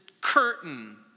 curtain